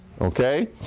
Okay